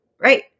right